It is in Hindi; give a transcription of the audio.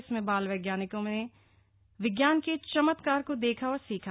इसमें बाल वैज्ञानिकों ने विज्ञान के चमत्कार को देखा और सीखा